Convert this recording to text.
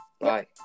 bye